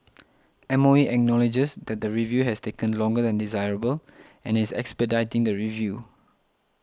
M O E acknowledges that the review has taken longer than desirable and is expediting the review